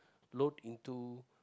load into